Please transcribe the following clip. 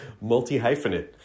multi-hyphenate